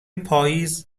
پاییز